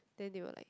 then they will like